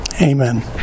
amen